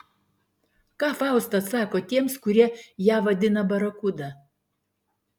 ką fausta atsako tiems kurie ją vadina barakuda